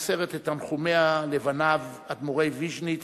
ומוסרת את תנחומיה לבניו, אדמו"רי ויז'ניץ,